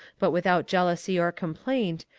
but without jealousy or complaint,